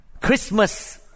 Christmas